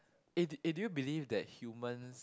eh did eh did you believe that humans